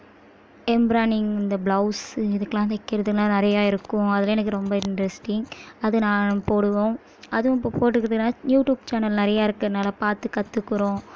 embroidering இந்த blouse இதுக்குலாம் தைக்கிறத்துகுலாம் நிறையா இருக்கும் அதலாம் எனக்கு ரொம்ப இன்ட்ரஸ்டிங் அது நான் போடுவோம் அதுவும் இப்போ யூடியூப் சேனல் நிறையா இருக்குறதுனால் பார்த்து கற்றுக்குறோம்